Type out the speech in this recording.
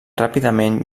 ràpidament